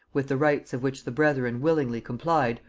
with the rites of which the brethren willingly complied,